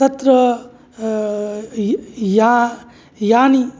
तत्र या यानि